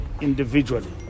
individually